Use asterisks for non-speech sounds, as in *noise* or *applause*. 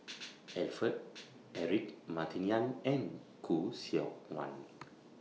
*noise* Alfred Eric Martin Yan and Khoo Seok Wan